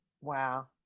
Wow